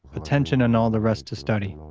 attention and all the rest to study,